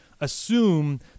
assume